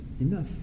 enough